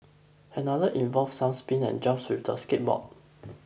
another involved some spins and jumps with the skateboard